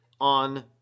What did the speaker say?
on